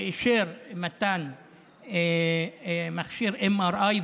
ואישר מתן מכשיר MRI,